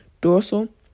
dorsal